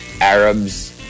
Arabs